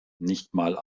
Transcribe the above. nichtmal